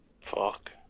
Fuck